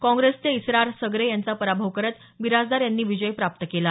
काँग्रेसचे इसरार सगोरे यांचा पराभव करत बिराजदार यांनी विजय प्राप्त केला